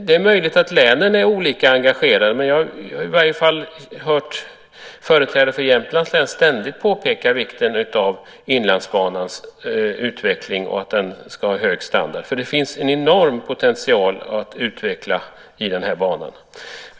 Det är möjligt att länen är olika engagerade, men jag har i varje fall hört företrädare för Jämtlands län ständigt påpeka vikten av Inlandsbanans utveckling och av att den ska ha hög standard. Det finns en enorm potential att utveckla i den här banan.